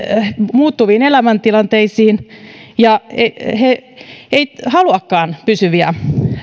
muuttuviin elämäntilanteisiin ja he eivät haluakaan pysyviä